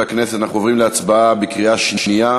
חברי הכנסת, אנחנו עוברים להצבעה בקריאה שנייה